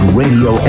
radio